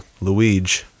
Luigi